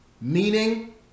meaning